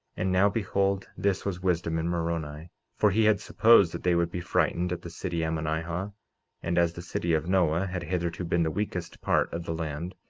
and now, behold, this was wisdom in moroni for he had supposed that they would be frightened at the city ammonihah and as the city of noah had hitherto been the weakest part of the land,